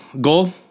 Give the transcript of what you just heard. goal